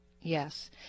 Yes